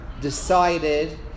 decided